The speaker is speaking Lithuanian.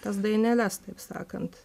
tas daineles taip sakant